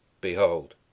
Behold